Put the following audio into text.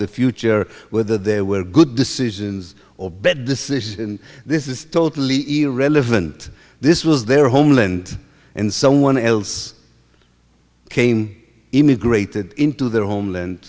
the future whether there were good decisions or bet decision this is totally irrelevant this was their homeland and someone else came immigrated into their homeland